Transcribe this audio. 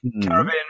Caribbean